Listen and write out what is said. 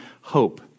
hope